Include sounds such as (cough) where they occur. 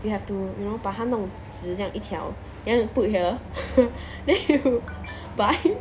you have to you know 把它弄直这样一条 then you put here (laughs) then you (laughs) bite